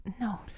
No